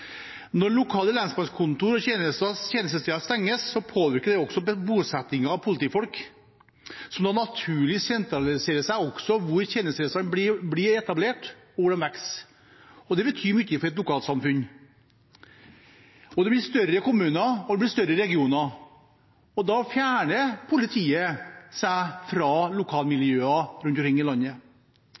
tjenestesteder stenges, påvirker det også bosetting av politifolk, som da naturlig sentraliserer seg der tjenestestedene blir etablert, og hvor de vokser. Det betyr mye for et lokalsamfunn. Det blir større kommuner, det blir større regioner, og da fjerner politiet seg fra lokalmiljø rundt omkring i landet.